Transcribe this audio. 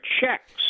checks